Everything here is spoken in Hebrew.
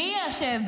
מי יישב?